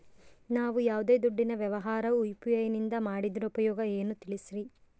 ನಾವು ಯಾವ್ದೇ ದುಡ್ಡಿನ ವ್ಯವಹಾರ ಯು.ಪಿ.ಐ ನಿಂದ ಮಾಡಿದ್ರೆ ಉಪಯೋಗ ಏನು ತಿಳಿಸ್ರಿ?